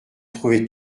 trouvait